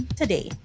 today